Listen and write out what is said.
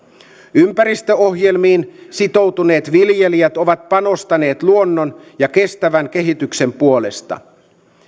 ympäristöohjelmiin sitoutuneet viljelijät ovat panostaneet luonnon ja kestävän kehityksen puolesta